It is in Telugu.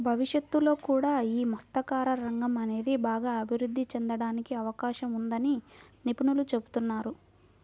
భవిష్యత్తులో కూడా యీ మత్స్యకార రంగం అనేది బాగా అభిరుద్ధి చెందడానికి అవకాశం ఉందని నిపుణులు చెబుతున్నారు